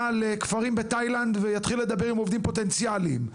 לכפרים בתאילנד ויתחיל לדבר עם עובדים פוטנציאליים.